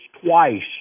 twice